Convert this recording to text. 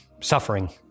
suffering